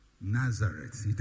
Nazareth